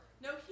no